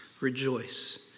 rejoice